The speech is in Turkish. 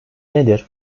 nedir